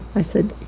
i said,